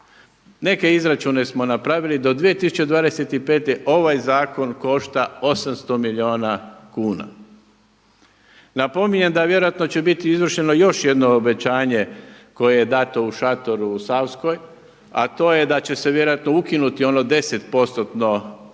Neke izračune smo napravili, do 2025. ovaj zakon košta 800 milijuna kuna. Napominjem da vjerojatno će biti izvršeno još jedno obećanje koje je dato u šatoru u Savskoj a to je da će se vjerojatno ukinuti ono 10%tno